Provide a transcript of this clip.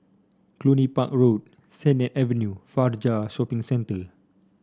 Cluny Park Road Sennett Avenue Fajar Shopping Centre